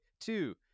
two